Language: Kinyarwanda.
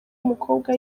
umukobwa